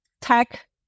tech